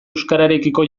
euskararekiko